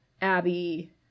Abby